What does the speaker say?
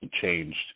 changed